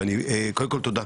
קודם כל תודה,